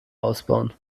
ausbauen